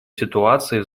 ситуацией